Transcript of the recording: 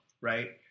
right